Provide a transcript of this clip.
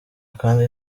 kandi